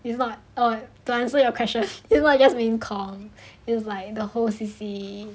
it's not err to answer your question it was just main com is like the whole C_C